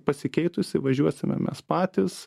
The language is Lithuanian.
pasikeitusi važiuosime mes patys